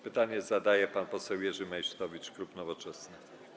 Pytanie zadaje pan poseł Jerzy Meysztowicz, klub Nowoczesna.